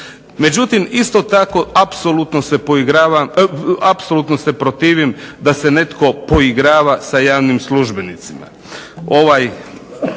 Međutim, isto tako apsolutno se protivim da se netko poigrava sa javnim službenicima. Ovaj